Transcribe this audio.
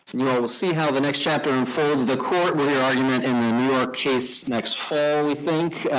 well, we'll see how the next chapter unfolds. the court will hear argument in the new york case next fall, we think.